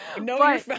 no